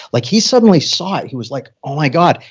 like he suddenly saw it. he was like, oh my god.